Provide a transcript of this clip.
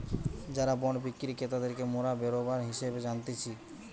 যারা বন্ড বিক্রি ক্রেতাদেরকে মোরা বেরোবার হিসেবে জানতিছে